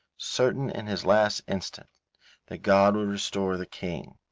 certain in his last instant that god would restore the king.